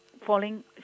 falling